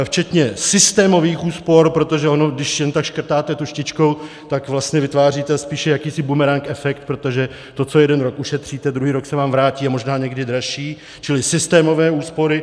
Včetně systémových úspor, protože ono když jen tak škrtáte tužtičkou, tak vlastně vytváříte spíše jakýsi bumerang efekt, protože to, co jeden rok ušetříte, druhý rok se vám vrátí, a možná někdy dražší, čili systémové úspory.